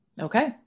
Okay